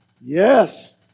Yes